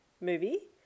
movie